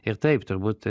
ir taip turbūt